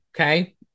Okay